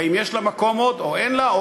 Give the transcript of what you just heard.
ואם יש לה מקום עוד או אין לה,